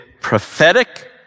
prophetic